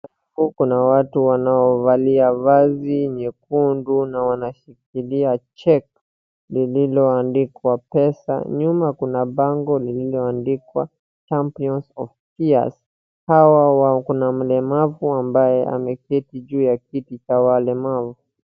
Huku kuna watu wanaovalia vazi nyekundu na wanashikilia cheque liloandikwa pesa. Nyuma kuna bango liloandika Champions of Years. Hawa wawa, kuna mlemavu ambaye ameketi juu ya kiti cha walemavu.